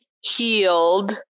healed